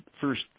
first